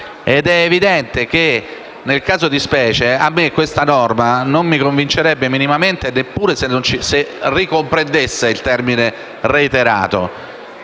ed è evidente che, nel caso di specie, la norma in questione non mi convincerebbe minimamente neppure se ricomprendesse il termine «reiterato».